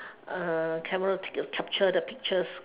a camera to capture the pictures